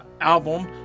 album